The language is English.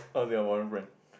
non Singaporean friend